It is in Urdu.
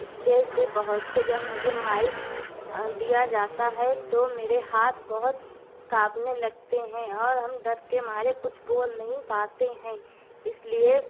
اسٹیج پہ پہنچ کے جب مجھے مائک دیا جاتا ہے تو میرے ہاتھ بہت کانپنے لگتے ہیں اور ہم ڈر کے مارے کچھ بول نہیں پاتے ہیں اس لیے